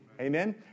Amen